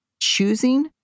choosing